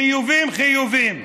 חיובים, חיובים.